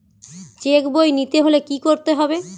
Check বই নিতে হলে কি করতে হবে?